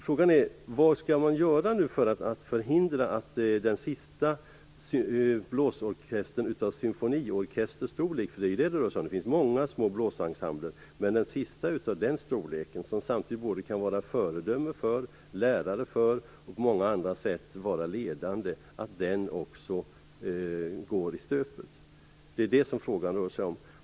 Frågan är vad man skall göra för att förhindra att den sista blåsorkestern av symfoniorkesterstorlek också går i stöpet. Det finns många små blåsensembler. Men detta är den sista av den här storleken. Den kan vara ett föredöme, fungera som lärare och på många andra sätt vara ledande. Det är det som frågan rör sig om.